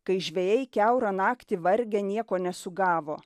kai žvejai kiaurą naktį vargę nieko nesugavo